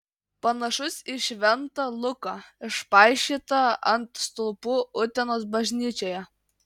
panašus į šventą luką išpaišytą ant stulpų utenos bažnyčioje